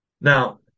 Now